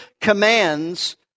commands